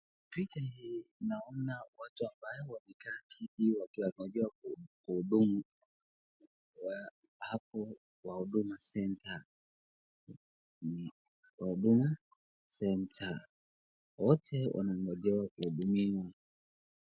Picha hii, naona watu ambaye wamekaa kiti wakiwangojea muhudumu wa hapo wa Huduma Center, wote wanangojea kuhudumiwa.